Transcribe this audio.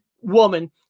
woman